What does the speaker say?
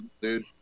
dude